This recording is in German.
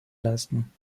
leisten